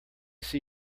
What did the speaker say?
see